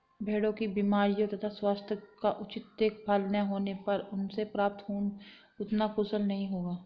भेड़ों की बीमारियों तथा स्वास्थ्य का उचित देखभाल न होने पर उनसे प्राप्त ऊन उतना कुशल नहीं होगा